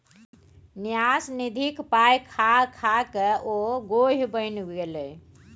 न्यास निधिक पाय खा खाकए ओ गोहि बनि गेलै